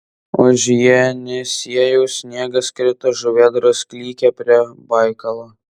už jenisiejaus sniegas krito žuvėdros klykė prie baikalo